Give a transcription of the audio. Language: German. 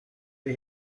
der